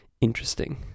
Interesting